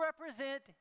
represent